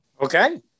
Okay